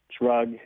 drug